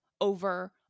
over